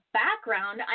background